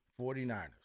49ers